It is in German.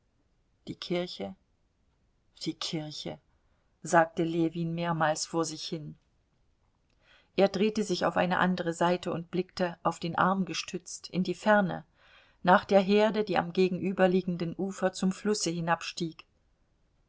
die kirche die kirche sagte ljewin mehrmals vor sich hin er drehte sich auf eine andere seite und blickte auf den arm gestützt in die ferne nach der herde die am gegenüberliegenden ufer zum flusse hinabstieg